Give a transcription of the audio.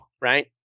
right